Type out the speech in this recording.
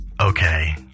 Okay